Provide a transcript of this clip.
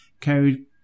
carried